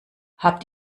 habt